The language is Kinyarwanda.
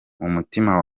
umutima